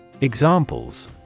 Examples